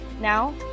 Now